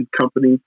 company